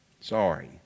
Sorry